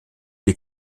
die